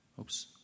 oops